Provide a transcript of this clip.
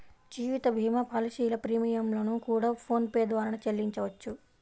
జీవిత భీమా పాలసీల ప్రీమియం లను కూడా ఫోన్ పే ద్వారానే చెల్లించవచ్చు